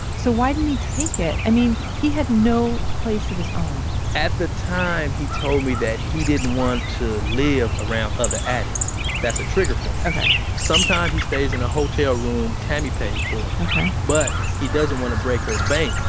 so why didn't he take it? i mean, he had no place of his own at the time, he told me that he didn't want to live around other addicts that's a trigger for him. sometimes he stays in a hotel room tammy pays for but he doesn't wanna break her bank,